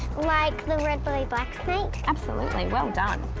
like the red bellied black snake? absolutely. well done.